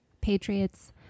patriots